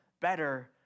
better